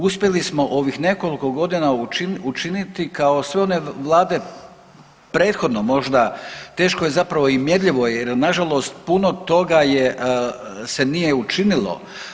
Uspjeli smo ovih nekoliko godina učiniti kao sve one Vlade prethodno možda, teško je zapravo i mjerljivo jer je na žalost puno toga se nije učinilo.